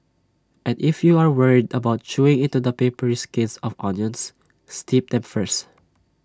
and if you are worried about chewing into the papery skins of onions steep them first